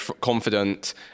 confident